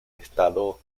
estado